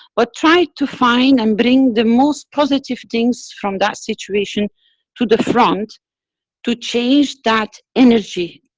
but try to find and bring the most positive things from that situation to the front to change that energy,